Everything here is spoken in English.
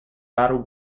battle